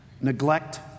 neglect